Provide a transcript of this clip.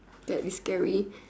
that'd be scary